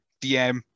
DM